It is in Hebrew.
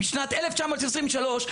משנת 1923,